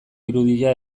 irudia